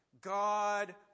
God